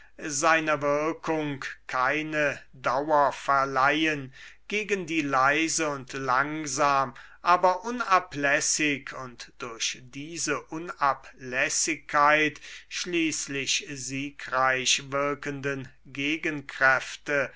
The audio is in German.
seiner wirkung keine dauer verleihen gegen die leise und langsam aber unablässig und durch diese unablässigkeit schließlich siegreich wirkenden gegenkräfte